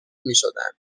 میشدند